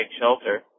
shelter